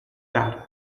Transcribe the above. battle